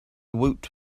woot